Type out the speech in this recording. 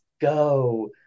go